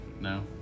No